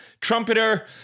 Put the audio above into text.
Trumpeter